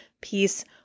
peace